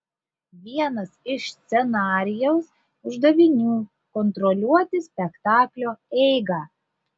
vienas iš scenarijaus uždavinių kontroliuoti spektaklio eigą